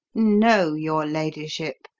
no, your ladyship,